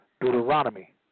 Deuteronomy